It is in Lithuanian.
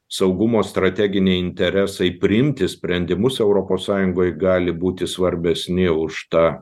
saugumo strateginiai interesai priimti sprendimus europos sąjungoj gali būti svarbesni už tą